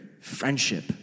friendship